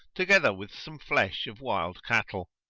together with some flesh of wild cattle.